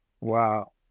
wow